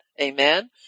amen